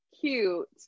cute